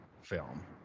film